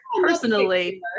personally